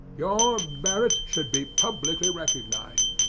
your merits should be publicly recognized.